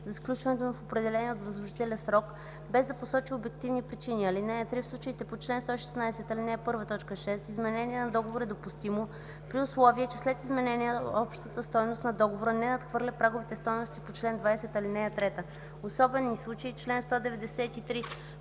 за сключването му в определения от възложителя срок, без да посочи обективни причини. (3) В случаите по чл. 116, ал. 1, т. 6 изменение на договор е допустимо, при условие че след изменението общата стойност на договора не надхвърля праговите стойности по чл. 20, ал. 3.” „Особени случаи” – чл. 193